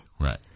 Right